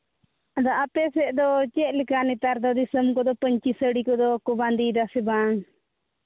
ᱟᱫᱚ ᱟᱯᱮ ᱥᱮᱫ ᱫᱚ ᱪᱮᱫ ᱞᱮᱠᱟ ᱱᱮᱛᱟᱨ ᱫᱚ ᱫᱤᱥᱚᱢ ᱠᱚᱫᱚ ᱯᱟᱹᱧᱪᱤ ᱥᱟᱹᱲᱤ ᱠᱚᱫᱚ ᱠᱚ ᱵᱟᱸᱫᱮᱭᱮᱫᱟᱥᱮ ᱵᱟᱝ